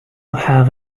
have